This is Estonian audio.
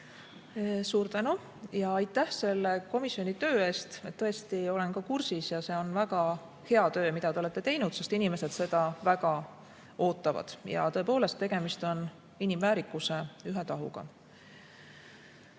Suur tänu! Aitäh ka selle komisjoni töö eest! Tõesti, olen kursis ja see on väga hea töö, mida te olete teinud, sest inimesed seda väga ootavad. Tõepoolest, tegemist on inimväärikuse ühe tahuga.